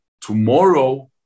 tomorrow